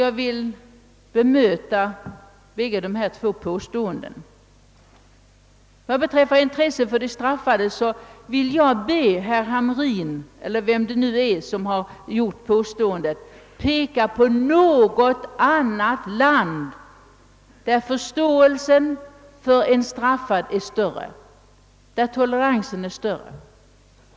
Jag vill bemöta båda dessa påståenden. Vad beträffar intresset för de straffade vill jag be herr Hamrin i Kalmar — eller vem det är som har gjort påståendet — att peka på något annat land, där förståelsen för och toleransen mot en straffad är större.